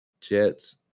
Jets